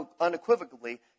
unequivocally